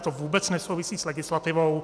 To vůbec nesouvisí s legislativou.